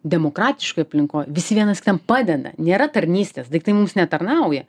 demokratiškoj aplinkoj visi vienas kitam padeda nėra tarnystės daiktai mums netarnauja